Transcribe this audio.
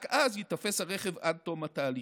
רק אז ייתפס הרכב עד תום התהליכים.